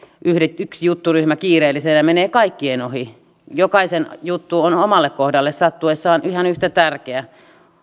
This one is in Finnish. yksi jutturyhmä kiireellisenä menee kaikkien ohi jokaisen juttu on on omalle kohdalle sattuessaan ihan yhtä tärkeä